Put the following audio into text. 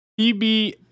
PB